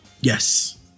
yes